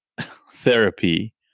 therapy